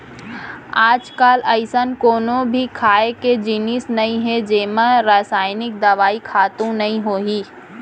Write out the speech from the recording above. आजकाल अइसन कोनो भी खाए के जिनिस नइ हे जेमा रसइनिक दवई, खातू नइ होही